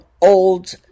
old